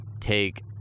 take